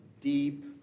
deep